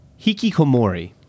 Hikikomori